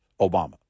Obama